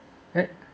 eh